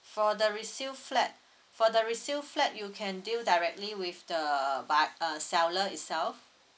for the resale flat for the resale flat you can deal directly with the via uh seller itself